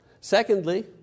Secondly